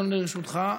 אדוני, לרשותך.